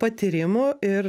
patyrimų ir